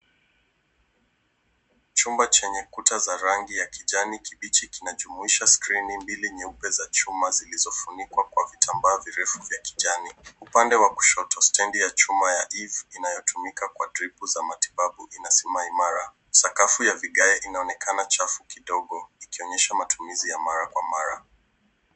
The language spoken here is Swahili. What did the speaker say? Chumba chenye Kuta za rangi ya kijani kibichi kinajumiisha skrini mbele nyeupe za chuma zilizo funikwa kwa vitambaa virefu vya kijani. upande wa kushoto stendi ya chuma ya eve inatumika kwa tripu za matibabu, inasimama imara. Sakafu ya vigae inaonekana chafu kidogo ikionyesha matumizi ya mara kwa mara.